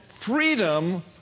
freedom